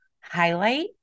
highlight